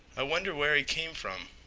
i wonder where he came from.